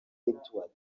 edwards